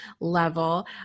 level